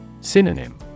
Synonym